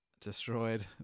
destroyed